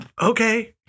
okay